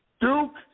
Duke